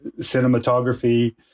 cinematography